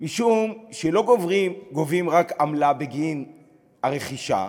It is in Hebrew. משום שלא גובים רק עמלה בגין הרכישה,